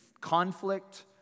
conflict